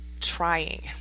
trying